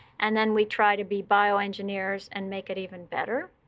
and then we try to be bio-engineers and make it even better.